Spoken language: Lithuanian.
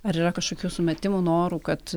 ar yra kažkokių sumetimų norų kad